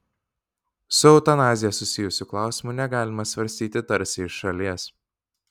su eutanazija susijusių klausimų negalima svarstyti tarsi iš šalies